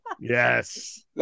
Yes